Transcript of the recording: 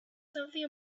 something